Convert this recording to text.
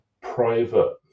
private